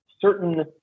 certain